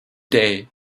day